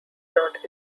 not